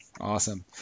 Awesome